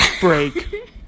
break